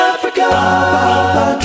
Africa